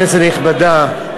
כנסת נכבדה,